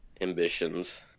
ambitions